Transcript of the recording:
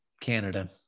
Canada